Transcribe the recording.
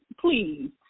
please